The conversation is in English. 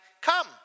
come